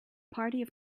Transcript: party